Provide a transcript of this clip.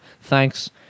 Thanks